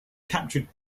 captured